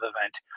event